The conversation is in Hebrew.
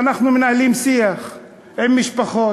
ואנחנו מנהלים שיח עם משפחות,